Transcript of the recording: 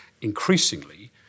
increasingly